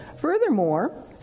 Furthermore